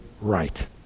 right